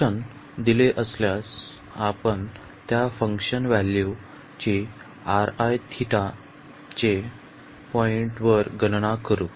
function दिले असल्यास आपण त्या फंक्शन व्हॅल्यू ची पॉईंट वर गणना करू